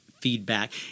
feedback